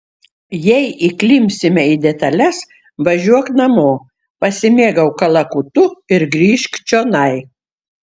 jei įklimpsime į detales važiuok namo pasimėgauk kalakutu ir grįžk čionai